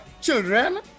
children